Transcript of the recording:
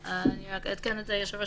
אני רק אעדכן את היושב-ראש.